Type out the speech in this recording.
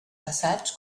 passats